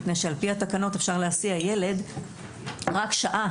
מפני שעל-פי התקנות אפשר להסיע ילד רק שעה,